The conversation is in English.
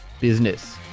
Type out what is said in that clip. business